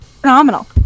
phenomenal